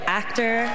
actor